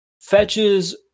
fetches